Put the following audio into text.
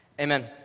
Amen